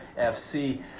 FC